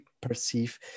perceive